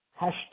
Hashtag